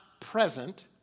present